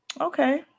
okay